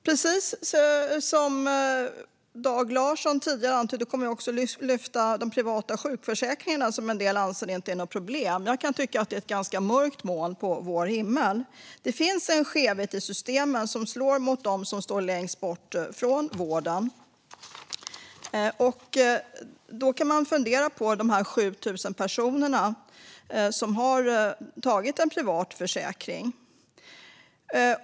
Precis som Dag Larsson tidigare antydde kommer jag också att lyfta de privata sjukförsäkringar som en del anser inte är ett problem. Jag kan tycka att det är ett ganska mörkt moln på vår himmel. Det finns en skevhet i systemen som slår mot dem som står längst bort från vården. Man kan fundera på de 7 000 personer som har tecknat en privat försäkring.